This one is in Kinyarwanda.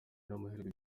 n’amahirwe